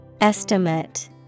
Estimate